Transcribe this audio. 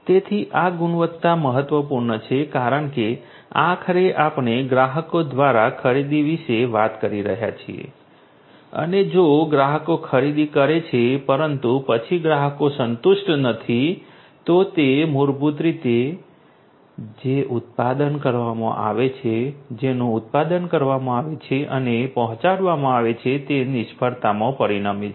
તેથી આ ગુણવત્તા મહત્વપૂર્ણ છે કારણ કે આખરે આપણે ગ્રાહકો દ્વારા ખરીદી વિશે વાત કરી રહ્યા છીએ અને જો ગ્રાહકો ખરીદી કરે છે પરંતુ પછી ગ્રાહકો સંતુષ્ટ નથી તો તે મૂળભૂત રીતે જે ઉત્પાદન કરવામાં આવે છે જેનું ઉત્પાદન કરવામાં આવે છે અને પહોંચાડવામાં આવે છે તે નિષ્ફળતામાં પરિણમે છે